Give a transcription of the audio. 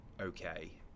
okay